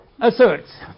asserts